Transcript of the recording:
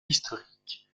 historiques